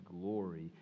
glory